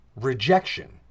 rejection